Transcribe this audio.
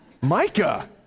Micah